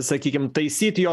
sakykim taisyt jo